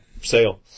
sale